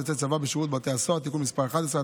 יוצאי צבא בשירות בתי הסוהר) (תיקון מס' 11),